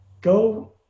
Go